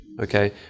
Okay